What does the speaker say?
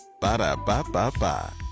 Ba-da-ba-ba-ba